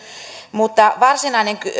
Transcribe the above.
mutta varsinainen